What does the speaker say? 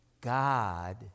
God